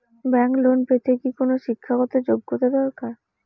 Bank loan পেতে কি কোনো শিক্ষা গত যোগ্য দরকার?